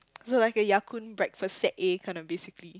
so like a Ya-Kun breakfast set A kind of basically